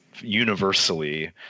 universally